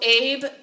Abe